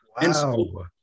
wow